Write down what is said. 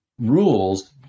rules